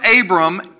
Abram